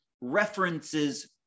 references